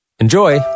Enjoy